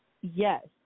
Yes